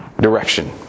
direction